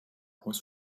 point